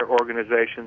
organizations